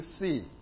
see